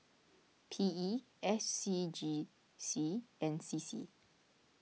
P E S C G C and C C